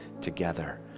together